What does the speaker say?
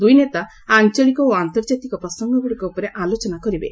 ଦୁଇନେତା ଆଞ୍ଚଳିକ ଓ ଆନ୍ତର୍ଜାତିକ ପ୍ରସଙ୍ଗଗୁଡ଼ିକ ଉପରେ ଆଲୋଚନା କରିବେ